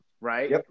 right